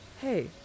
Hey